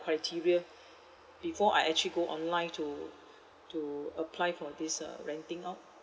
criteria before I actually go online to to apply for this uh renting out